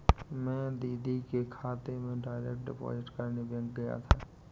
मैं दीदी के खाते में डायरेक्ट डिपॉजिट करने बैंक गया था